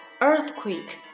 Earthquake